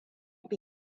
fi